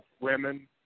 women